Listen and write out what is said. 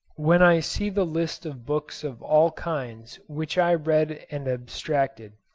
when i see the list of books of all kinds which i read and abstracted,